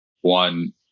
one